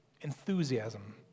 enthusiasm